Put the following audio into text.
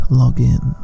login